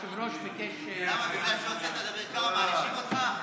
בגלל שהוצאת את אביר קארה מענישים אותך?